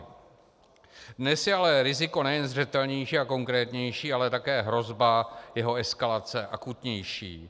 Dnes je ale riziko nejen zřetelnější a konkrétnější, ale také hrozba jeho eskalace akutnější.